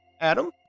Adam